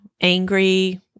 angry